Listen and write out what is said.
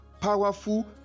powerful